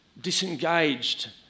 disengaged